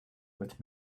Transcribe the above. with